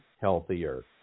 healthier